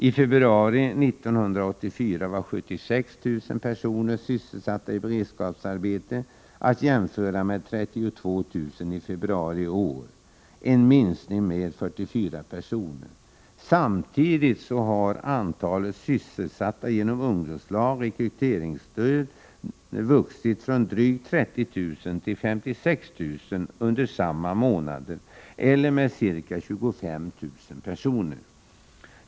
I februari 1984 var 76 000 personer sysselsatta i beredskapsarbeten, att jämföra med 32 000 i februari i år — en minskning med 44 000 personer. Samtidigt har antalet sysselsatta genom ungdomslag och rekryteringsstöd vuxit från drygt 30 000 till 56 000 under samma månader, eller med ca 25 000 personer.